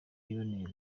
yiboneye